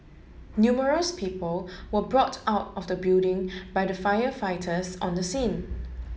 numerous people were brought out of the building by the firefighters on the scene